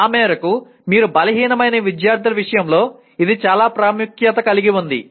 ఆ మేరకు మీరు బలహీనమైన విద్యార్థుల విషయంలో ఇది చాలా ప్రాముఖ్యత కలిగి ఉంది